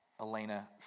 Elena